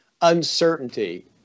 uncertainty